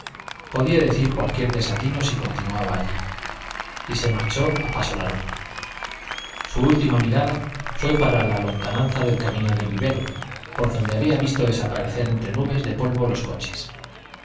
podía decir cualquier desatino si continuaba allí y se marchó a paso largo su última mirada fue para la lontananza del camino del vivero por donde había visto desaparecer entre nubes de polvo los coches